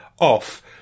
off